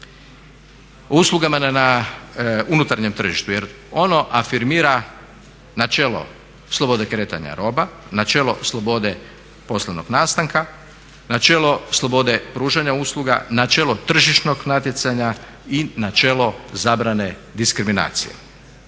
o uslugama na unutarnjem tržištu. Jer ono afirmira načelo slobode kretanja roba, načelo slobode poslovnog nastanka, načelo slobode pružanja usluga, načelo tržišnog natjecanja i načelo zabrane diskriminacije.